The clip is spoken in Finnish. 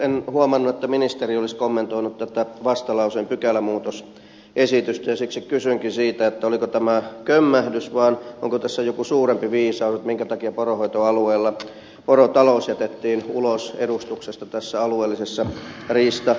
en huomannut että ministeri olisi kommentoinut tätä vastalauseen pykälämuutosesitystä ja siksi kysynkin siitä oliko tämä kömmähdys vai onko tässä joku suurempi viisaus minkä takia poronhoitoalueella porotalous jätettiin ulos edustuksesta tässä alueellisessa riistaneuvostossa